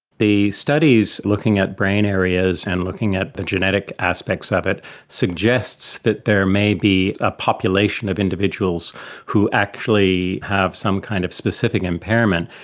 the studies looking at brain areas and looking at the genetic aspects of it suggests that there may be a population of individuals who actually have some kind of specific impairment.